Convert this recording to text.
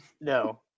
No